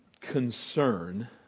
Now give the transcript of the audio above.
concern